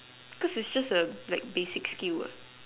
cause is just a like basic skill ah